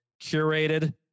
curated